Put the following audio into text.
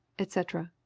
etc.